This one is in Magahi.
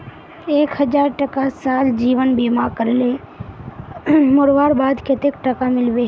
एक हजार टका साल जीवन बीमा करले मोरवार बाद कतेक टका मिलबे?